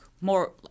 more